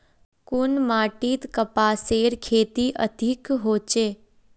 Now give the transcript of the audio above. कुन माटित कपासेर खेती अधिक होचे?